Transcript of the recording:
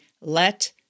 let